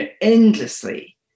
endlessly